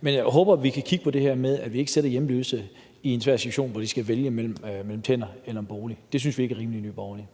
Men jeg håber, at vi kan kigge på det her med, at vi ikke sætter hjemløse i en svær situation, hvor de skal vælge mellem tænder eller en bolig. Det synes vi ikke er rimeligt i Nye Borgerlige.